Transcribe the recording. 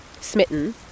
smitten